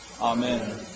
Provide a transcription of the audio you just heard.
Amen